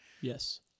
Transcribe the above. Yes